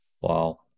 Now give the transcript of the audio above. Wow